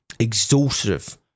Exhaustive